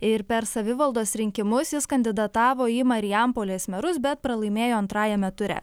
ir per savivaldos rinkimus jis kandidatavo į marijampolės merus bet pralaimėjo antrajame ture